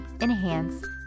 enhance